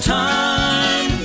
time